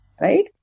Right